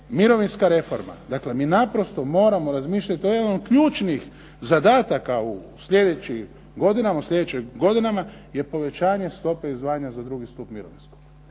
mirovinska reforma. Dakle, mi naprosto moramo razmišljati. To je jedan od ključnih zadataka u sljedećim godinama, je povećanje stope izdvajanja za drugi stup mirovinskog.